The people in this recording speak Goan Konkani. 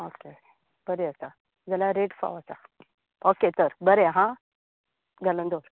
ओके बरें आसा जाल्यार रेट फावता ओके तर बरें हां घालून दवर